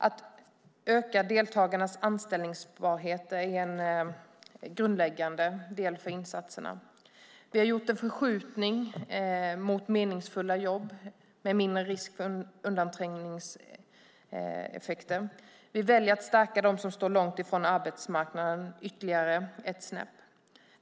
Att öka deltagarnas anställbarhet är en grundläggande del i insatserna. Vi har gjort en förskjutning mot meningsfulla jobb med mindre risk för undanträngningseffekter. Vi väljer att stärka dem som står långt från arbetsmarknaden ytterligare ett snäpp.